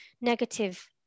negative